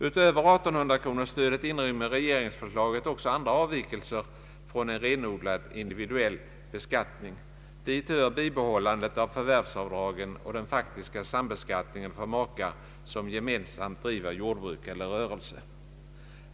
Utöver 1 800-kronorstödet inrymmer regeringsförslaget också andra avvikelser från en renodlad individuell beskattning. Dit hör bibehållandet av förvärvsavdragen och den faktiska sambeskattningen för makar som gemensamt driver jordbruk eller rörelse.